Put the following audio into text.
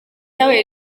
cyabaye